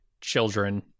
children